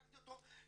לקחתי אותו,